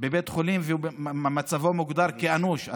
בבית חולים ומצבו מוגדר אנוש.